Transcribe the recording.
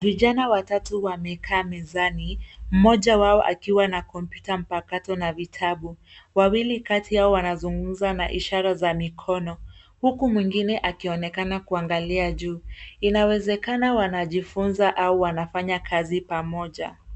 Vijana watatu wamekaa mezani, mmoja wao akiwa na kompyuta mpakato na vitabu. Wawili kati yao wanazungumza na ishara za mikono, huku mwingine akionekana kuangalia juu. Inawezekana wanajifunza au wanafanya kazi pamoja.